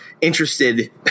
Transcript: interested